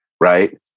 right